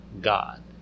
God